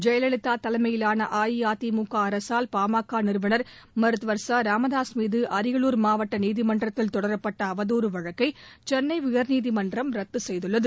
ஜெயலலிதா தலைமையிலான அஇஅதிமுக அரசால் பாமக நிறுவனர் மருத்துவர் ராமதாசுமீது அரியலூர் மாவட்ட நீதிமன்றத்தில் தொடரப்பட்ட அவதூறு வழக்கை சென்னை உயர்நீதிமன்றம் ரத்து செய்துள்ளது